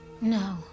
No